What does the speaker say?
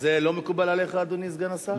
זה לא מקובל עליך, אדוני סגן השר?